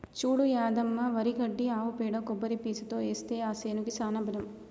చూడు యాదమ్మ వరి గడ్డి ఆవు పేడ కొబ్బరి పీసుతో ఏస్తే ఆ సేనుకి సానా బలం